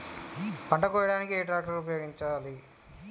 పంట కోయడానికి ఏ ట్రాక్టర్ ని ఉపయోగించాలి?